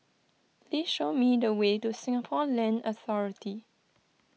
please show me the way to Singapore Land Authority